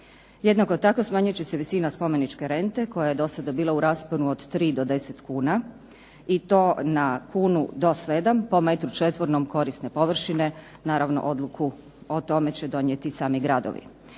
Jednako tako smanjit će se visina spomeničke rente koja je do sada bila u rasponu od 3 do 10 kuna, i to na kunu do 7 po metru četvornom korisne površine, naravno odluku o tome će donijeti sami gradovi.